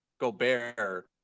Gobert